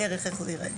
בערך איך זה ייראה.